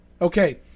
okay